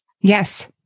Yes